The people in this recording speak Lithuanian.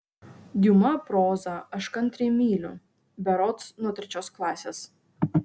diuma prozą aš kantriai myliu berods nuo trečios klasės